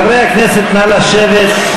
חברי הכנסת נא לשבת.